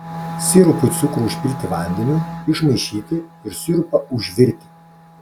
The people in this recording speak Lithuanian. sirupui cukrų užpilti vandeniu išmaišyti ir sirupą užvirti